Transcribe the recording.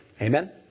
Amen